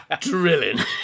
drilling